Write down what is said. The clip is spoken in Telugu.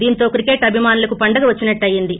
దీంతో క్రికెట్ అభిమానులకు పండుగ వచ్చినట్లు అయింది